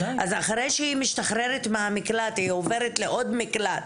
אז אחרי שהיא משתחררת מהמקלט היא עוברת לעוד מקלט,